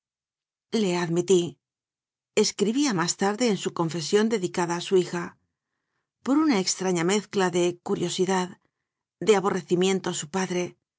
joaquín le admitíescribía más tarde en su con cesión dedicada a su hijaporuña extraña mezcla de curiosidad de aborrecimiento a su padre